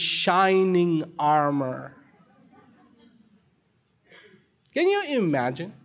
shining armor can you imagine